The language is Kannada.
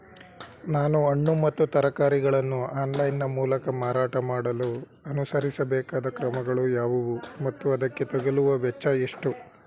ನಾನು ಹಣ್ಣು ಮತ್ತು ತರಕಾರಿಗಳನ್ನು ಆನ್ಲೈನ ಮೂಲಕ ಮಾರಾಟ ಮಾಡಲು ಅನುಸರಿಸಬೇಕಾದ ಕ್ರಮಗಳು ಯಾವುವು ಮತ್ತು ಅದಕ್ಕೆ ತಗಲುವ ವೆಚ್ಚ ಎಷ್ಟು?